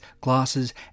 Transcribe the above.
glasses